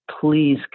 Please